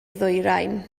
ddwyrain